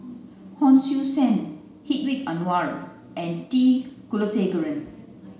Hon Sui Sen Hedwig Anuar and T Kulasekaram